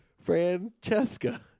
Francesca